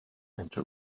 into